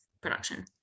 production